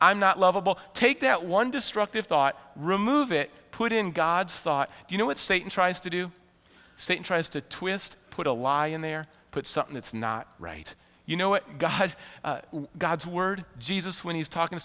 i'm not lovable take that one destructive thought remove it put in god's thought you know what satan tries to do say tries to twist put a law in there put something that's not right you know what god god's word jesus when he's talking to